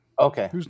Okay